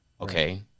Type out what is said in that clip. Okay